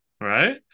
Right